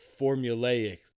formulaic